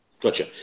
Gotcha